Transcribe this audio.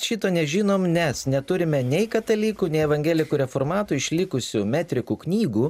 šito nežinom nes neturime nei katalikų nei evangelikų reformatų išlikusių metrikų knygų